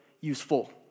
useful